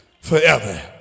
forever